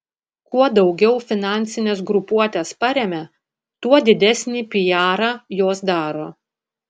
kuo daugiau finansines grupuotes paremia tuo didesnį pijarą jos daro